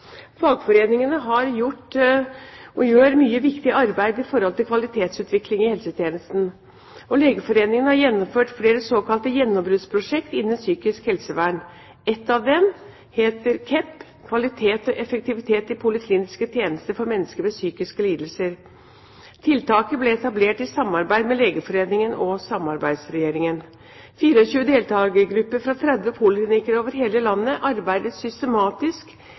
Fagforeningene har gjort og gjør mye viktig arbeid med kvalitetsutvikling i helsetjenesten. Legeforeningen har gjennomført flere såkalte gjennombruddsprosjekt innenfor psykisk helsevern. Et av dem het KEPP, Kvalitet og effektivitet i polikliniske tjenester for mennesker med psykiske lidelser. Tiltaket ble etablert i samarbeid mellom Legeforeningen og Samarbeidsregjeringen. 24 deltakergrupper fra 30 poliklinikker over hele landet arbeidet systematisk